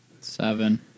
Seven